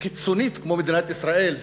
קיצונית כמו מדינת ישראל,